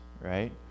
right